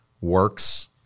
works